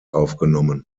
aufgenommen